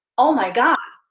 oh my god!